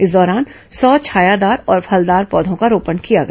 इस दौरान सौ छायादार और फलदार पौधों का रोपण किया गया